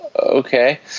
okay